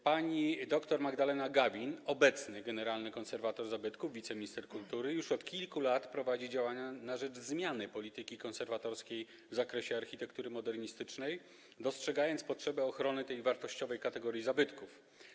Pani dr Magdalena Gawin, obecny generalny konserwator zabytków, wiceminister kultury, już od kilku lat prowadzi działania na rzecz zmiany polityki konserwatorskiej w zakresie architektury modernistycznej, dostrzegając potrzebę ochrony tej wartościowej kategorii zabytków.